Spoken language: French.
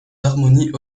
harmonies